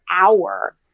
hour